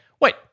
wait